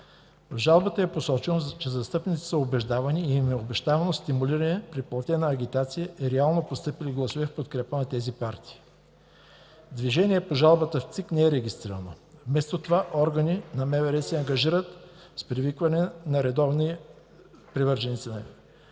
жалбата е посочено, че застъпниците са убеждавани и им е обещавано стимулиране при платена агитация и реално постъпили гласове в подкрепа на тези партии. Движение по жалбата в ЦИК не е регистрирано. Вместо това органи на МВР се ангажират с привикване на редовно регистрирани